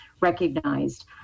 recognized